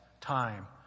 time